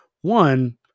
One